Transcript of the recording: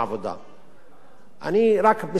רק משפט אחד אני רוצה להגיד,